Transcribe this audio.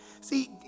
See